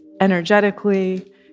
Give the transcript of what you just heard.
energetically